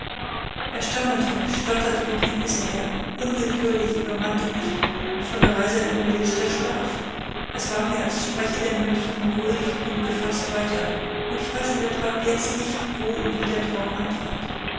er stammelte stotterte bekenntnisse her unwillkürlich übermannte mich von der reise ermüdet der schlaf es war mir als spreche der mönch nun ruhig und gefaßt weiter und ich weiß in der tat jetzt nicht wo und wie der traum eintrat